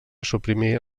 suprimir